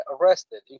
arrested